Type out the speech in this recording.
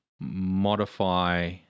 modify